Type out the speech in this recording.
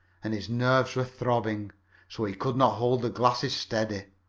and his nerves were throbbing so he could not hold the glasses steady.